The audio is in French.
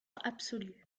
absolu